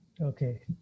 Okay